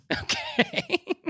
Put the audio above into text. Okay